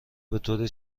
بطور